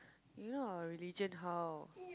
you know our religion how